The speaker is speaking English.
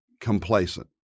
complacent